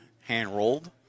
hand-rolled